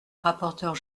rapporteure